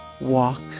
walk